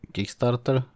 Kickstarter